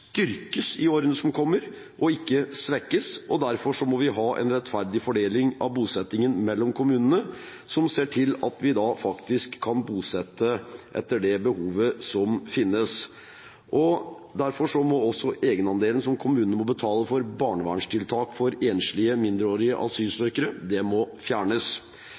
styrkes i årene som kommer, og ikke svekkes. Og derfor må vi ha en rettferdig fordeling av bosettingen mellom kommunene som ser til at vi faktisk kan bosette etter det behovet som finnes. Derfor må også egenandelen som kommunene må betale for barnevernstiltak for enslige mindreårige asylsøkere, fjernes. Det er kommunenes oppgave å sørge for at Norge lykkes i integreringen. Da må